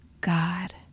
God